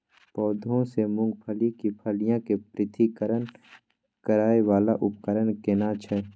पौधों से मूंगफली की फलियां के पृथक्करण करय वाला उपकरण केना छै?